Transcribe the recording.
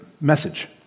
message